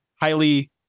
highly